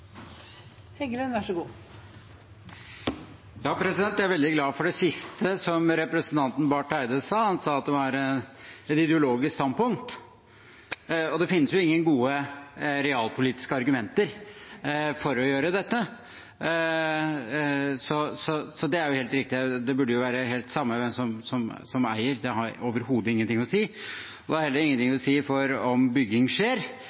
Barth Eide sa, han sa at det var et ideologisk standpunkt, og det finnes jo ingen gode realpolitiske argumenter for å gjøre dette. Det er helt riktig, det burde være det samme hvem som eier. Det har overhodet ingenting å si, og det har heller ingenting å si for om bygging skjer,